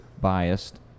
biased